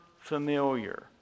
familiar